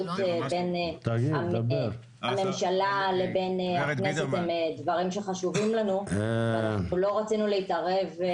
בין הממשלה לבין הכנסת הם דברים שחשובים לנו ואנחנו לא רצינו להתערב.